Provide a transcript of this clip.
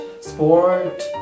sport